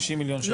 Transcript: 50 מיליון שקל?